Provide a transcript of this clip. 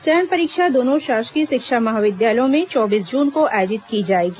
चयन परीक्षा दोनों शासकीय शिक्षा महाविद्यालयों में चौबीस जून को आयोजित की जाएगी